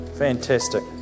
Fantastic